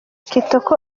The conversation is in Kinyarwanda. kitoko